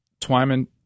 Twyman